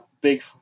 big